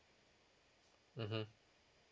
mmhmm